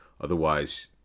Otherwise